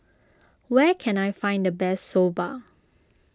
where can I find the best Soba